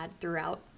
throughout